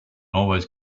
always